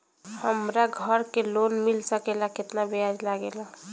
हमरा घर के लोन मिल सकेला केतना ब्याज लागेला?